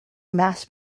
mass